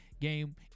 game